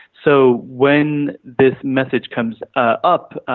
so when this message comes up,